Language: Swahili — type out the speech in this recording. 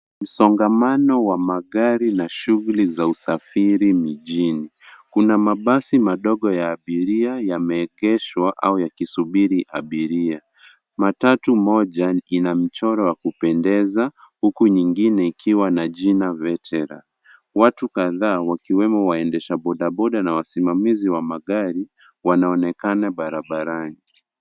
Msongamano wa magari na shughuli za usafiri mjini. Kuna mabasi madogo ya abiria yameegeshwa au yakisubiri abiria. Matatu moja ina mchoro wa kupendeza huku nyingine ikiwa na jina veteran. Watu kadhaa wakiwemo waendesha boda boda na wasimamizi wa magari wanaonekana barabarani.